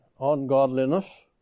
ungodliness